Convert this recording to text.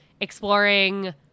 exploring